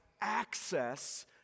access